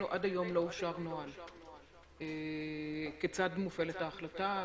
עד היום לא אושר נוהל כיצד מופעלת ההחלטה.